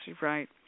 right